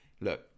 look